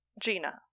Gina